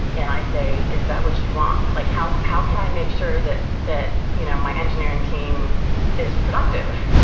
and i say, is that what you want? like how how can i make sure that that you know my engineering team is productive?